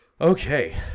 Okay